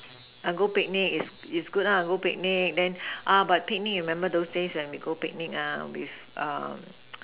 err go picnic is is good lah go picnic and then but picnic remember those days when we go picnic ah with um